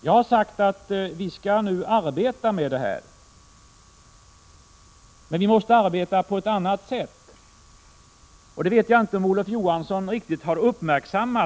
Jag har sagt att vi nu skall arbeta med detta. Men vi måste arbeta på ett annat sätt, och jag vet inte om Olof Johansson riktigt har uppmärksammat det.